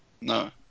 No